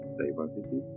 diversity